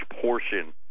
portion